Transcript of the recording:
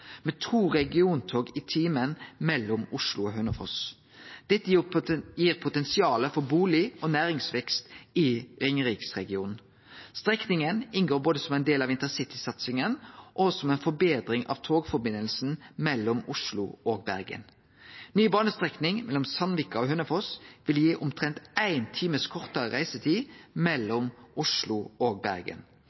med to regiontog i timen mellom Oslo og Hønefoss. Dette gir potensial for bustad- og næringsvekst i ringeriksregionen. Strekninga inngår både som ein del av intercitysatsinga og som ei forbetring av togsambandet mellom Oslo og Bergen. Ny banestrekning mellom Sandvika og Hønefoss vil gi omtrent ein time kortare reisetid mellom Oslo og Bergen.